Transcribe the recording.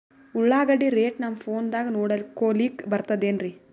ಉಳ್ಳಾಗಡ್ಡಿ ರೇಟ್ ನಮ್ ಫೋನದಾಗ ನೋಡಕೊಲಿಕ ಬರತದೆನ್ರಿ?